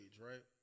right